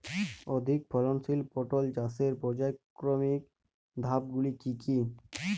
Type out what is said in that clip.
অধিক ফলনশীল পটল চাষের পর্যায়ক্রমিক ধাপগুলি কি কি?